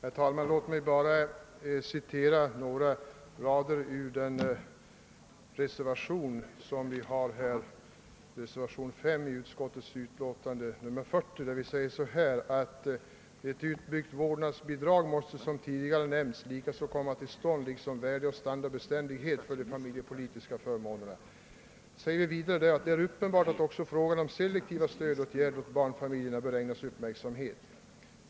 Herr talman! Låt mig bara citera några rader ur reservation 5 vid andra lagutskottets utlåtande nr 40. Där står det bl.a. följande: »Ett utbyggt vårdnadsbidrag måste som tidigare nämnts likaså komma till stånd liksom värdeoch standardbeständighet för de familjepolitiska förmånerna. Det är uppenbart att också frågan om selektiva stödåtgärder åt barnfamiljerna bör ägnas uppmärksamhet.